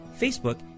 Facebook